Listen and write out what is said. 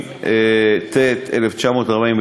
התש"ט 1949,